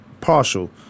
partial